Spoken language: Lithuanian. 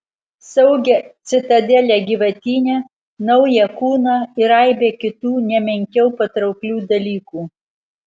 saugią citadelę gyvatyne naują kūną ir aibę kitų ne menkiau patrauklių dalykų